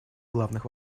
главных